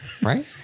Right